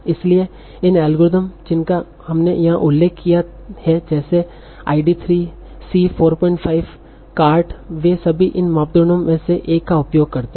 इसलिए इन एल्गोरिदम जिनका हमने यहां उल्लेख किया है जैसे ID3 C45 CART वे सभी इन मानदंडों में से एक का उपयोग करते हैं